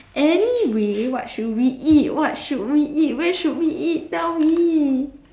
anyway what should we eat what should we eat where should we eat tell me